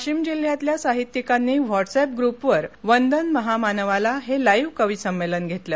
वाशीम जिल्ह्यातल्या साहित्यिकांनी व्हॉट्सअॅप ग्रूपवर वंदन महामानवाला हे लाइव्ह कविसंमेलन घेतलं